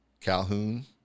Calhoun